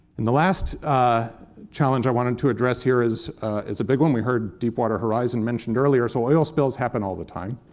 and the last ah challenge i wanted to address here is is a big one. we heard deepwater horizon mentioned earlier. so oil spills happen all the time.